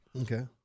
Okay